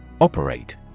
Operate